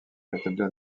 rétablir